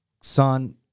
son